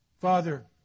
Father